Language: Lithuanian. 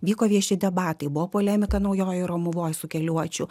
vyko vieši debatai buvo polemika naujojoj romuvoj su keliuočiu